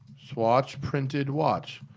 swatch printed watch.